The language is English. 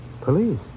Police